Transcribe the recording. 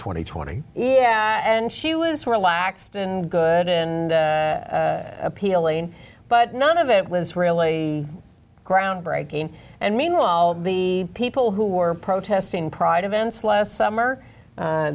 and twenty yeah and she was relaxed and good and appealing but none of it was really groundbreaking and meanwhile the people who were protesting pride events last summer